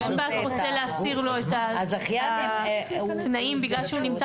רוצה להסיר לו את התנאים בגלל שהוא נמצא